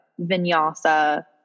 Vinyasa